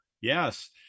yes